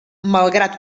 malgrat